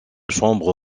chambre